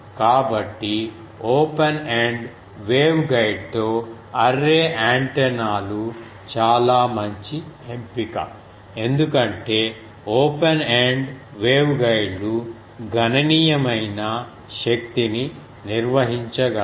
కాబట్టి open end వేవ్గైడ్తో array యాంటెన్నాలు చాలా మంచి ఎంపిక ఎందుకంటే ఓపెన్ ఎండ్ వేవ్గైడ్లు గణనీయమైన శక్తిని నిర్వహించగలవు